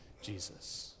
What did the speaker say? Jesus